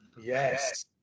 Yes